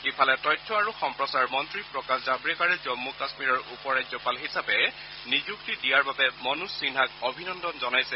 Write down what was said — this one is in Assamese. ইফালে তথ্য আৰু সম্প্ৰচাৰ মন্নী প্ৰকাশ জভড়েকাৰে জম্মু কাশ্মীৰৰ উপৰাজ্যপাল হিচাপে নিযুক্তি দিয়াৰ বাবে মনোজ সিনহাক অভিনন্দন জনাইছে